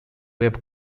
web